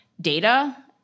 data